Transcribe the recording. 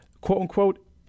quote-unquote